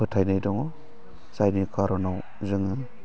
फोथायनाय दङ जायनि खारनाव जोङो